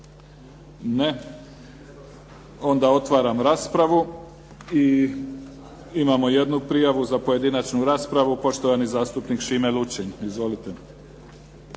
Ne. Onda otvaram raspravu i imamo jednu prijavu za pojedinačnu raspravu, poštovani zastupnik Šime Lučin. Izvolite.